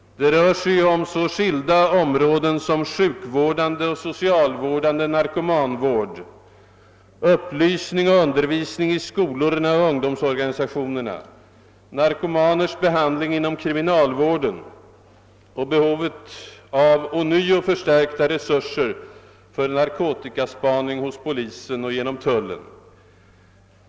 Det rör sig om så skilda områden som sjukvårdande och socialvårdande narkomanvård, upplysning och undervisning i skolorna och ungdomsorganisationerna, de många narkomanernas behandling inom kriminalvården och behovet av ånyo förstärkta resurser för narkotikaspaning hos polisen och genom tullen.